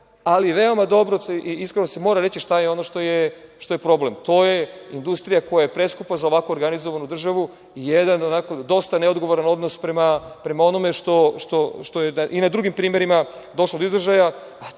ali veoma dobro i iskreno se mora reći šta je ono što je problem. To je industrija koja je preskupa za ovako organizovanu državu i jedan onako dosta neodgovoran odnos prema onome što je i na drugim primerima došlo do izražaja,